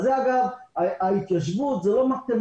אז ההתיישבות היא לא מתמטיקה.